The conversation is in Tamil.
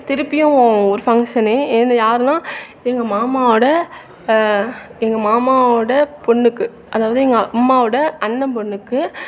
திருப்பியும் ஒரு ஃபங்க்ஷன்னு ஏன்னு யாருன்னா எங்கள் மாமாவோடய எங்கள் மாமாவோடய பொண்ணுக்கு அதாவது எங்கள் அம்மாவோடய அண்ணன் பொண்ணுக்கு